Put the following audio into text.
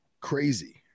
Crazy